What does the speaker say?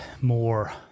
more